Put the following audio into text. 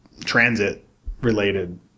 transit-related